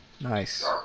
Nice